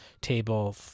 table